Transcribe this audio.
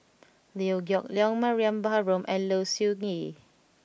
Liew Geok Leong Mariam Baharom and Low Siew Nghee